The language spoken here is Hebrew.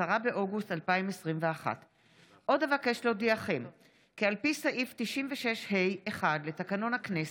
10 באוגוסט 2021. אבקש להודיעכם כי על פי סעיף 96(ה)(1) לתקנון הכנסת,